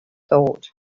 thought